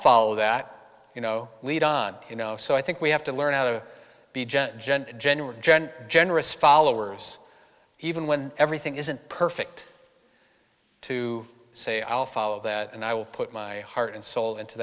follow that you know lead on you know so i think we have to learn how to be jet gen gen gen generous followers even when everything isn't perfect to say i'll follow that and i will put my heart and soul into